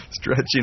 Stretching